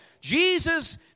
Jesus